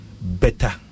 better